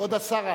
זה לא הילדים.